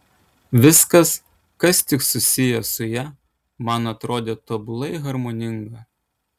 viskas kas tik susiję su ja man atrodė tobulai harmoninga